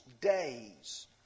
days